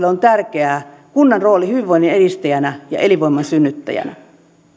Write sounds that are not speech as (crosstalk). (unintelligible) on tärkeää kunnan rooli hyvinvoinnin edistäjänä ja elinvoiman synnyttäjänä